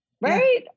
right